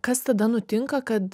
kas tada nutinka kad